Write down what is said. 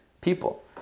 people